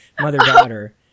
mother-daughter